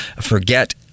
forget